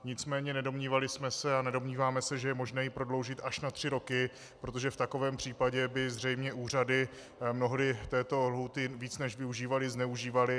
Nicméně nedomnívali jsme se a nedomníváme se, že je možné ji prodloužit až na tři roky, protože v takovém případě by zřejmě úřady mnohdy této lhůty víc než využívaly zneužívaly.